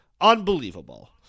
Unbelievable